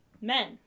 men